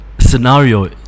scenario